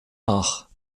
nach